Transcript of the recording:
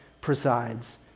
presides